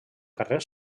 carrer